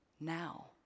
Now